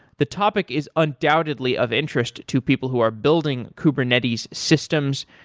the topic is undoubtedly of interest to people who are building kubernetes systems.